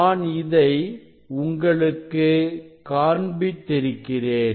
நான் இதை உங்களுக்கு காண்பித்திருக்கிறேன்